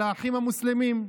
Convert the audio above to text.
של האחים המוסלמים.